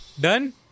Done